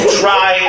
try